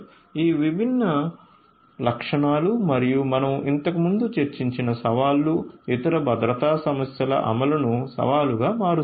ఈ విభిన్న లక్షణాలు మరియు మనం ఇంతకుముందు చర్చించిన సవాళ్లు ఇవి భద్రతా సమస్యల అమలును సవాలుగా మారుస్తాయి